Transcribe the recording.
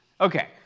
Okay